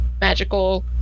magical